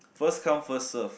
first come first serve